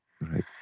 Right